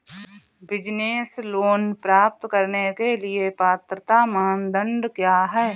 Business loan प्राप्त करने के लिए पात्रता मानदंड क्या हैं?